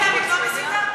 התנועה האסלאמית לא מסיתה?